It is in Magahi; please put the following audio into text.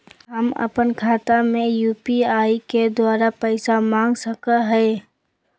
हम अपन खाता में यू.पी.आई के द्वारा पैसा मांग सकई हई?